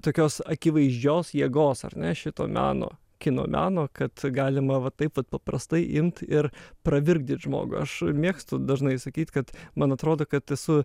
tokios akivaizdžios jėgos ar ne šito meno kino meno kad galima va taip vat paprastai imt ir pravirkdyt žmogų aš mėgstu dažnai sakyt kad man atrodo kad esu